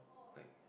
like had